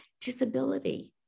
disability